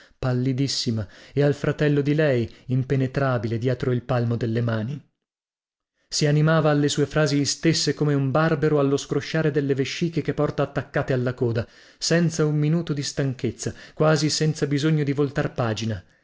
carolina pallidissima e al fratello di lei impenetrabile dietro il palmo delle mani si animava alle sue frasi istesse come un barbero allo scrosciare delle vesciche che porta attaccate alla coda senza un minuto di stanchezza quasi senza bisogno di voltar pagina